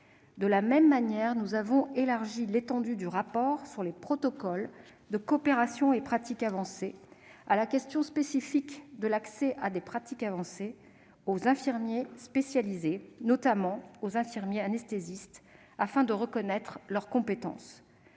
De la même manière, nous avons élargi l'étendue du rapport sur les protocoles de coopération et pratiques avancées à la question spécifique de l'accès à des pratiques avancées aux infirmiers spécialisés, notamment aux infirmiers anesthésistes, afin de reconnaître leurs compétences.